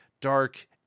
dark